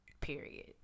Period